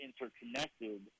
interconnected